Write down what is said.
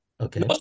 Okay